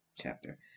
chapter